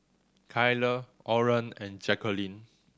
Kyler Oren and Jacquline